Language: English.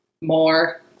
more